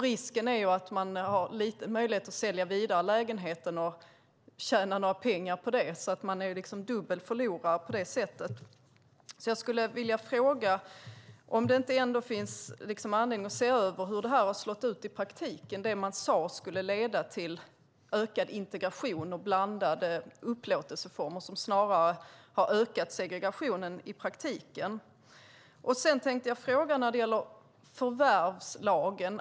Risken är att man har liten möjlighet att sälja vidare lägenheten och tjäna några pengar på det. Man är på det sättet dubbel förlorare. Jag vill fråga om det ändå inte finns anledning att se över hur det man sade skulle leda till ökad integration och blandade upplåtelseformer har slagit ut. Det har snarare ökat segregationen i praktiken. Jag tänkte också fråga om förvärvslagen.